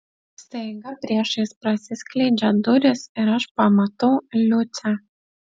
staiga priešais prasiskleidžia durys ir aš pamatau liucę